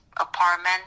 apartment